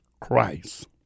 Christ